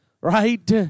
right